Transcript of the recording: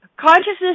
consciousness